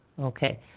Okay